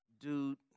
Dude